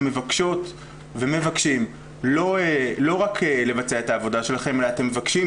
מבקשות ומבקשים לא רק לבצע את העבודה שלכם אלא אתם מבקשים